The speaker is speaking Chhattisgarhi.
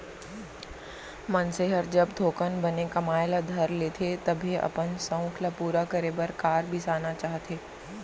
मनसे हर जब थोकन बने कमाए ल धर लेथे तभे अपन सउख ल पूरा करे बर कार बिसाना चाहथे